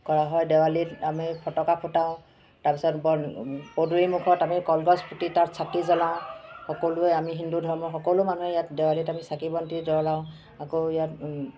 কৰা হয় দেৱালীত আমি ফটকা ফুটাওঁ তাৰপিছত পদূলি মুখত আমি কলগছ পুতি তাত চাকি জ্বলাওঁ সকলোৱে আমি হিন্দু ধৰ্মৰ সকলো মানুহে ইয়াত দেৱালীত আমি চাকি বন্তি জ্বলাওঁ আকৌ ইয়াত